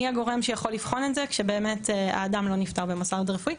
מי הגורם שיכול לבחון את זה כשבאמת האדם לא נפטר במוסד רפואי.